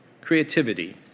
creativity